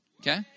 Okay